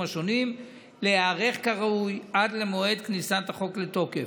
השונים להיערך כראוי עד למועד כניסת החוק לתוקף.